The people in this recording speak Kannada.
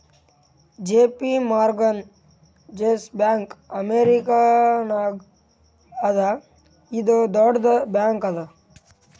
ಜೆ.ಪಿ ಮೋರ್ಗನ್ ಚೆಸ್ ಬ್ಯಾಂಕ್ ಅಮೇರಿಕಾನಾಗ್ ಅದಾ ಇದು ದೊಡ್ಡುದ್ ಬ್ಯಾಂಕ್ ಅದಾ